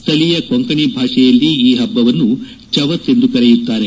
ಸ್ಥಳೀಯ ಕೊಂಕಣಿ ಭಾಷೆಯಲ್ಲಿ ಈ ಹಬ್ಬವನ್ನು ಚವತ್ ಎಂದು ಕರೆಯುತ್ತಾರೆ